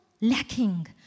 lacking